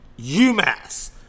UMass